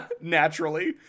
naturally